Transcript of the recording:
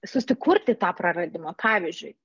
susikurti tą praradimą pavyzdžiui